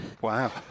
Wow